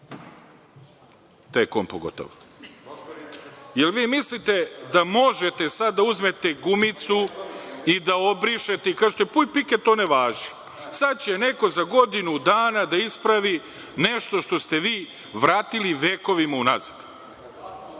u svemu ovome. Da li vi mislite da možete sada da uzmete gumicu, da obrišete i kažete – puj pike, to ne važi? Sada će neko za godinu dana da ispravi nešto što ste vi vratili vekovima unazad?